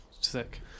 sick